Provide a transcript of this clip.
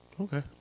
Okay